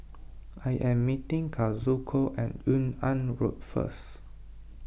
I am meeting Kazuko at Yung An Road first